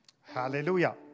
Hallelujah